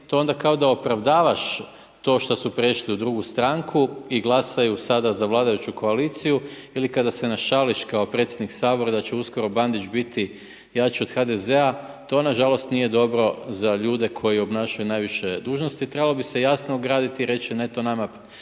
je onda kao da opravdavaš to što su prešli u drugu stranku i glasaju sada za vladajuću koaliciji ili kada se našališ kao predsjednik Sabora da će uskoro Bandić biti jači od HDZ-a, to nažalost nije dobro za ljude koji obnašaju najviše dužnosti. Trebalo bi se jasno ograditi i reći, ne to nama